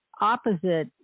opposite